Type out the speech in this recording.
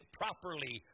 properly